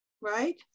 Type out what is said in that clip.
right